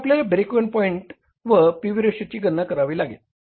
तर आपल्याला break even point व पी व्ही रेशोची गणना करावी लागेल